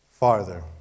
Farther